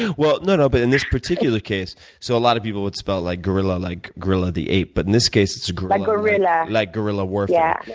well, no, no, but in this particular case, so a lot of people would spell like guerilla like gorilla the ape. but in this case, like guerilla like guerilla warfare.